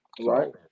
right